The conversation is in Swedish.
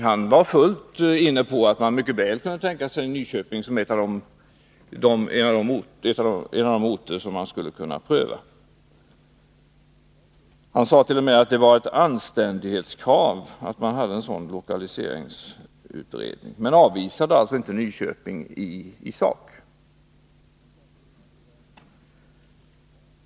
Ingvar Svanberg kunde mycket väl tänka sig Nyköping som en av de orter som skulle prövas. Han sade t.o.m. att det var ett anständighetskrav att man hade en sådan här lokaliseringsutredning. Han avvisade alltså inte Nyköping i sak.